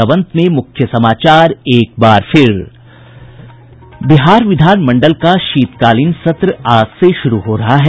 और अब अंत में मुख्य समाचार बिहार विधानमंडल का शीतकालीन सत्र आज से शुरू हो रहा है